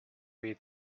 way